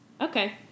Okay